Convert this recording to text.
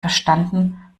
verstanden